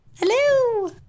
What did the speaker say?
Hello